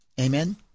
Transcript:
Amen